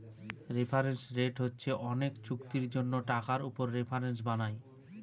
reference rate হচ্ছে অনেক চুক্তির জন্য টাকার উপর রেফারেন্স বানায়